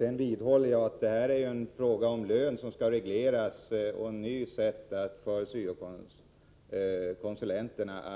Jag vidhåller att det är fråga om en ny arbetsgivare för syo-konsulenterna och